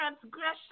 transgression